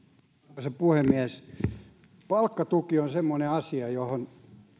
arvoisa puhemies palkkatuki on semmoinen asia johon